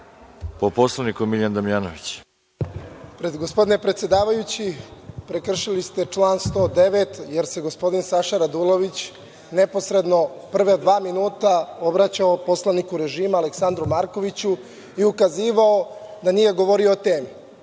Poslovniku, Miljan Damjanović. MILjAN DAMJANOVIĆ: Gospodine predsedavajući, prekršili ste član 109, jer se gospodin Saša Radulović neposredno prva dva minuta obraćao poslaniku režima, Aleksandru Markoviću, i ukazivao da nije govorio o temi.